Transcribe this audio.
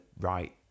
right